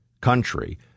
country